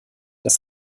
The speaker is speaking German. dass